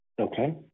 Okay